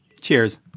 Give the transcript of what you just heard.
Cheers